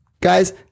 guys